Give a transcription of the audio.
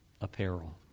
apparel